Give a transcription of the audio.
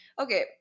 Okay